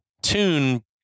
tune